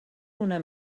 una